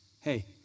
hey